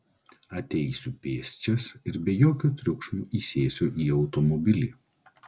ateisiu pėsčias ir be jokio triukšmo įsėsiu į automobilį